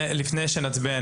לפני שנצביע,